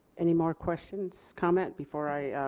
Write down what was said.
any more questions, comments before i.